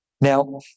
Now